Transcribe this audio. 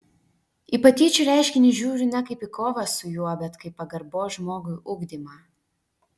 į patyčių reiškinį žiūriu ne kaip į kovą su juo bet kaip pagarbos žmogui ugdymą